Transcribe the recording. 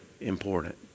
important